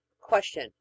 Question